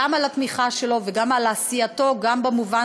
גם על התמיכה שלו וגם על עשייתו גם במובן